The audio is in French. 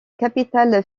capitale